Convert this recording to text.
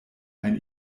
ein